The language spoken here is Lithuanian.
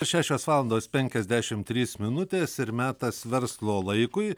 šešios valandos penkiasdešim trys minutės ir metas verslo laikui